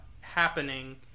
happening